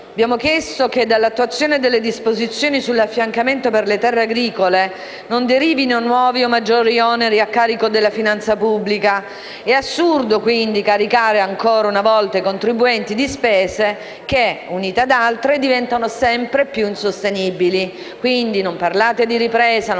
Abbiamo chiesto che dall'attuazione delle disposizioni sull'affiancamento per le terre agricole non derivino nuovi o maggiori oneri a carico della finanza pubblica. È assurdo ancora caricare i contribuenti di spese che, unite ad altre, diventano sempre più insostenibili. Quindi, non parlate di ripresa e di riforma,